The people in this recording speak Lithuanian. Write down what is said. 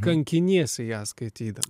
kankiniesi ją skaityda